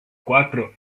cuatro